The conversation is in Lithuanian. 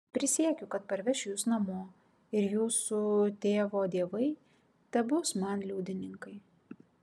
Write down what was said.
prisiekiu kad parvešiu jus namo ir jūsų tėvo dievai tebus man liudininkai